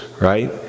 Right